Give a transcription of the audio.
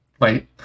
Wait